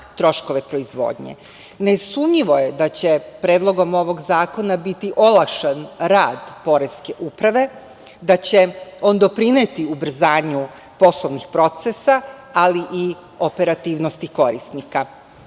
troškove proizvodnje. Nesumnjivo je da će Predlogom ovog zakona biti olakšan rad Poreske uprave, da će on doprineti ubrzanju posebnih procesa ali i operativnosti korisnika. Ovaj